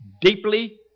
deeply